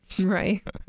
Right